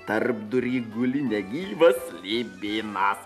tarpdury guli negyvas slibinas